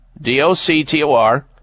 D-O-C-T-O-R